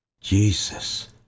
Jesus